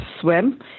swim